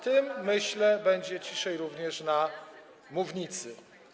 tym, myślę, będzie ciszej również na mównicy.